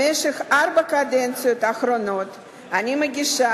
במשך ארבע הקדנציות האחרונות אני מגישה